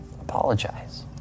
apologize